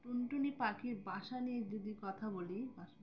টুনটুনি পাখির বাসা নিয়ে যদি কথা বলি